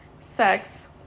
sex